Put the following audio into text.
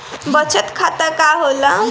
बचत खाता का होला?